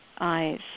eyes